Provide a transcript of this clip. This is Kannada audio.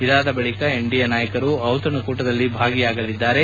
ಇದಾದ ಬಳಿಕ ಎನ್ಡಿಎ ನಾಯಕರು ಔತಣಕೂಟದಲ್ಲಿ ಭಾಗಿಯಾಗಲಿದ್ದಾರೆ